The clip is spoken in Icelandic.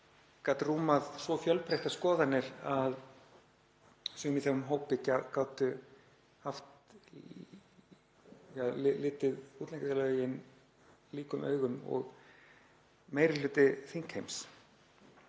gat rúmað svo fjölbreyttar skoðanir að sum í þeim hópi gátu litið útlendingalögin líkum augum og meiri hluti þingheims.